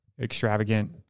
extravagant